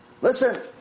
Listen